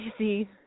easy